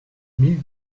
mille